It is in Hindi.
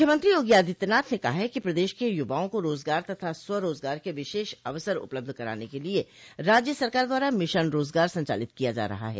मुख्यमंत्री योगी आदित्यनाथ ने कहा कि प्रदेश के युवाओं को रोजगार तथा स्वरोजगार के विशेष अवसर उपलब्ध कराने के लिये राज्य सरकार द्वारा मिशन रोजगार संचालित किया जा रहा है